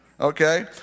okay